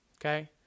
Okay